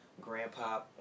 Grandpa